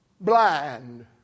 blind